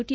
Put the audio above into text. T